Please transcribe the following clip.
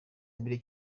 mbere